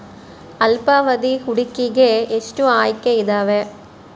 ಅಲ್ಪಾವಧಿ ಹೂಡಿಕೆಗೆ ಎಷ್ಟು ಆಯ್ಕೆ ಇದಾವೇ?